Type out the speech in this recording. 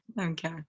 Okay